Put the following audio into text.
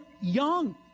young